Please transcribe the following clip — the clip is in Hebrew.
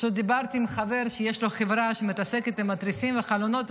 פשוט דיברתי עם חבר שיש לו חברה שמתעסקת עם תריסים וחלונות.